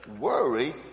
worry